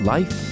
Life